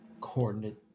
coordinate